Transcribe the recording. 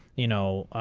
you know